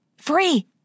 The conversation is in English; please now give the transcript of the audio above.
Free